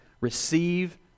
receive